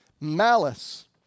malice